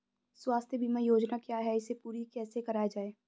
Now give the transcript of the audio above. स्वास्थ्य बीमा योजना क्या है इसे पूरी कैसे कराया जाए?